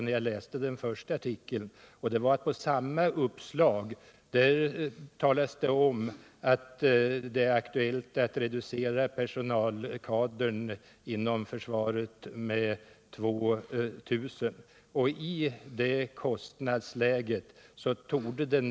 För de utländska medborgare som riskerar förpassning från Sverige är det av största vikt att underlaget för regeringens beslut är så aktuellt och tillförlitligt som möjligt.